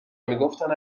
میگفتند